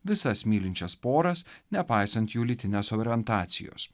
visas mylinčias poras nepaisant jų lytinės orientacijos